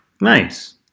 Nice